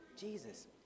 Jesus